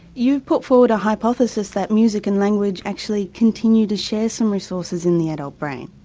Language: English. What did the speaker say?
you put forward a hypothesis that music and language actually continue to share some resources in the adult brain.